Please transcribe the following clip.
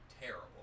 Terrible